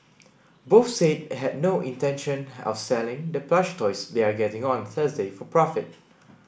both said had no intention of selling the plush toys they are getting on Thursday for profit